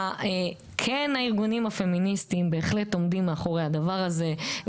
כן הארגונים הפמיניסטיים בהחלט עומדים מאחורי הדבר הזה,